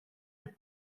est